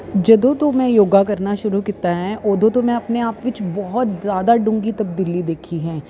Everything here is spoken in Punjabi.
ਜਦੋਂ ਤੋਂ ਮੈਂ ਯੋਗਾ ਕਰਨਾ ਸ਼ੁਰੂ ਕੀਤਾ ਹੈ ਉਦੋਂ ਤੋਂ ਮੈਂ ਆਪਣੇ ਆਪ ਵਿੱਚ ਬਹੁਤ ਜ਼ਿਆਦਾ ਡੂੰਘੀ ਤਬਦੀਲੀ ਦੇਖੀ ਹੈ